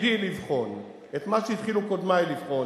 תפקידי לבחון את מה שהתחילו קודמי לבחון.